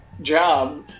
job